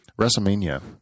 WrestleMania